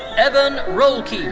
evan roelke.